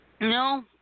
No